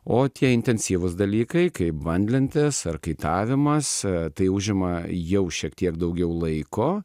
o tie intensyvūs dalykai kaip banglentės ar kaitavimas tai užima jau šiek tiek daugiau laiko